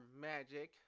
magic